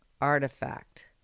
artifact